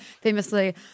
famously